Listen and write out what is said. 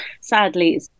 sadly